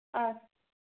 ஆ